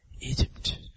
Egypt